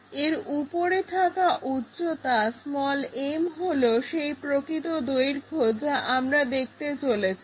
এর উপরে থাকা উচ্চতা m হলো সেই প্রকৃত দৈর্ঘ্য যা আমরা দেখতে চলেছি